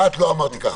לא אמרתי ככה.